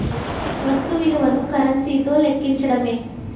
వస్తు విలువను కరెన్సీ తో లెక్కించడమే